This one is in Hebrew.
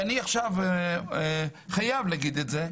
אני עכשיו חייב להגיד את זה,